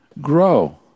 grow